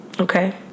Okay